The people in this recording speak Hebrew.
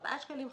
על ארבעה שקלים,